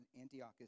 Antiochus